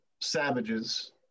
savages